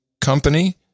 company